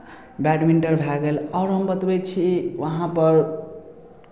badminton भए गेल आओर हम बतबै छी वहाँपर